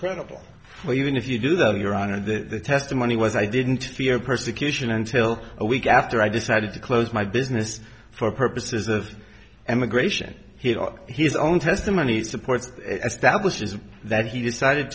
credible or even if you do them your honor the testimony was i didn't fear persecution until a week after i decided to close my business for purposes of emigration he had his own testimony supports established is that he decided